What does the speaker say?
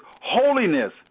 Holiness